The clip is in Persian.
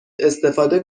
استفاده